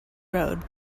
road